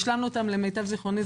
השלמנו אותן למיטב זיכרוני,